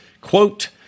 Quote